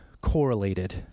correlated